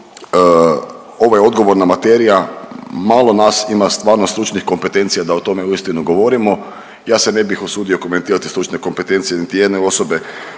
ovo je odgovorna materija, malo nas ima stvarno stručnih kompetencija da o tome uistinu govorimo. Ja se ne bih usudio komentirati stručne kompetencije niti jedne osobe